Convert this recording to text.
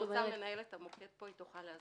מנהלת המוקד פה, היא יכולה להסביר.